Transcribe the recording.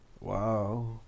wow